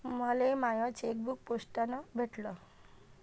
मले माय चेकबुक पोस्टानं भेटल